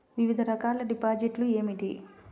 వివిధ రకాల డిపాజిట్లు ఏమిటీ?